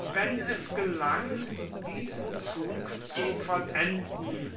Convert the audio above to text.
wenn es gelang diesen zug zu vollenden